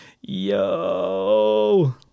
Yo